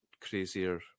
crazier